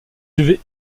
devait